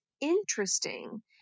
interesting